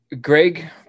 Greg